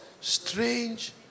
Strange